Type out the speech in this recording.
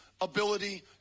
ability